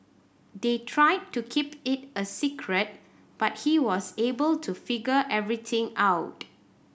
they tried to keep it a secret but he was able to figure everything out